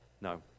no